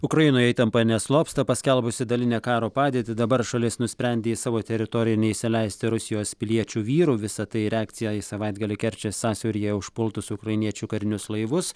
ukrainoje įtampa neslopsta paskelbusi dalinę karo padėtį dabar šalis nusprendė į savo teritoriją neįsileisti rusijos piliečių vyrų visa tai reakcija į savaitgalį kerčės sąsiauryje užpultus ukrainiečių karinius laivus